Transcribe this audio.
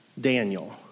Daniel